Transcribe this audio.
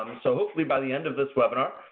um so hopefully by the end of this webinar,